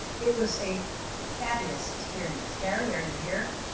it was a fabulous experience. gary, are you here?